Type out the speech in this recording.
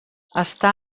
està